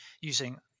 using